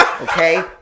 Okay